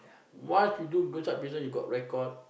once you do go inside prison you got record